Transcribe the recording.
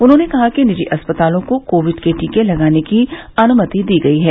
उन्होंने कहा कि निजी अस्पतालों को कोविड के टीके लगाने की अनुमति दी गयी है